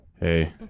hey